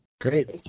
Great